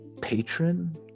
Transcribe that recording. patron